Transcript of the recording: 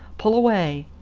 pull away.